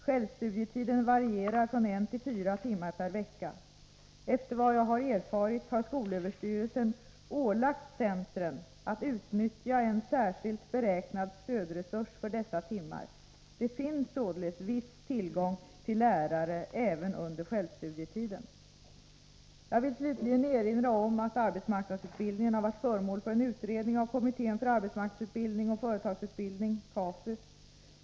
Självstudietiden varierar från en till fyra timmar per vecka. Efter vad jag har erfarit har skolöverstyrelsen ålagt centren att utnyttja en särskilt beräknad stödresurs för dessa timmar. Det finns således viss tillgång till lärare även under självstudietiden. Jag vill slutligen erinra om att arbetsmarknadsutbildningen varit föremål för en utredning av kommittén för arbetsmarknadsutbildning och företagsutbildning .